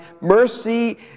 mercy